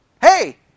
Hey